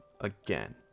again